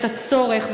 את הצורך,